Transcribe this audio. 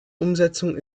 umsetzung